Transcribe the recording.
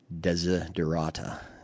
Desiderata